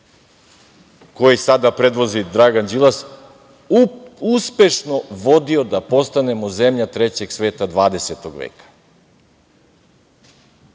koji sada predvodi Dragan Đilas, uspešno vodio da postanemo zemlja trećeg sveta 20. veka. Evo,